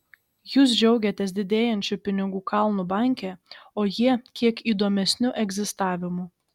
jūs džiaugiatės didėjančiu pinigų kalnu banke o jie kiek įdomesniu egzistavimu